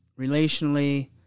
relationally